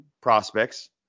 prospects